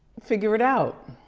figure it out.